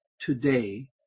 today